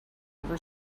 ever